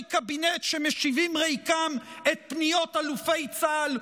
קבינט שמשיבים ריקם את פניות אלופי צה"ל,